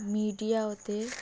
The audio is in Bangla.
মিডিয়া ওতে